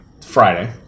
Friday